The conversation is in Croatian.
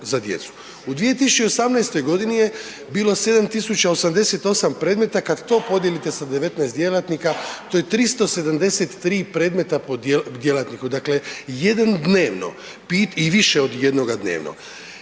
U 2018.g. je bilo 7088, kad to podijelite sa 19 djelatnika, to je 373 predmeta po djelatniku, dakle jedan dnevno i više od jednoga dnevno.